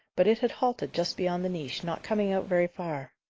but it had halted just beyond the niche, not coming out very far.